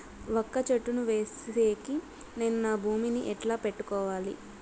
వక్క చెట్టును వేసేకి నేను నా భూమి ని ఎట్లా పెట్టుకోవాలి?